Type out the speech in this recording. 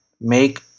make